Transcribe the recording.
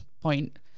point